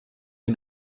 wir